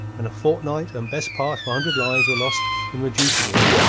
and a fortnight and best part of a hundred lives were lost in reducing it.